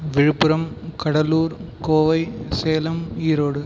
Villupuram Cuddalore Kovai Salem Erode